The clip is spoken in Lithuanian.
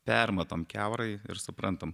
permatom kiaurai ir suprantam